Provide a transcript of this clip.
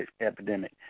epidemic